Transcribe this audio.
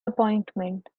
appointment